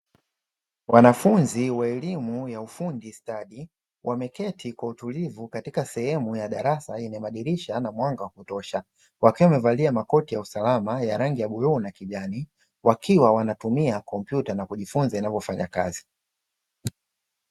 Wanafunzi wa elimu ya ufundi stadi, wameketi kwa utulivu katika sehemu ya darasa yenye madirisha na mwanga wa kutosha, wakiwa wamevalia makoti ya usalama ya rangi ya bluu na kijani, wakiwa wanatumia kompyuta na kujifunza inavyofanya kazi.